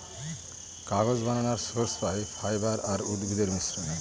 কাগজ বানানর সোর্স পাই ফাইবার আর উদ্ভিদের মিশ্রনে